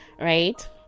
right